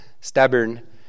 stubborn